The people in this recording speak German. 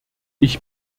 ich